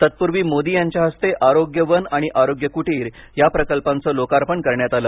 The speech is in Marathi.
तत्पूर्वी मोदी यांच्या हस्ते आरोग्य वन आणि आरोग्य कुटीर या प्रकल्पांचं लोकार्पण करण्यात आलं